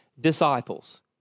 disciples